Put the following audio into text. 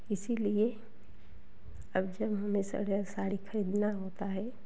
इसीलिए अब जब हमें सड़ या साड़ी खरीदना होता है